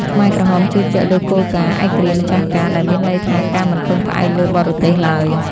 ខ្មែរក្រហមជឿជាក់លើគោលការណ៍ «ឯករាជ្យ ម្ចាស់ការ» ដែលមានន័យថាការមិនពឹងផ្អែកលើបរទេសឡើយ។